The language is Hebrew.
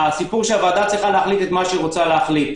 הסיפור שהוועדה צריכה להחליט את מה שהיא רוצה להחליט,